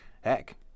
heck